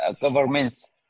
government